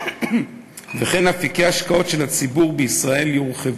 וכן אפיקי ההשקעות של הציבור בישראל יורחבו,